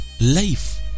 life